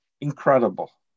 incredible